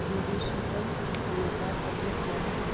B B C पर समाचार update क्या है